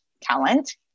talent